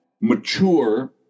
mature